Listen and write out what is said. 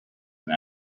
and